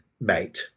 mate